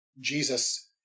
Jesus